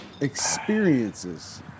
Experiences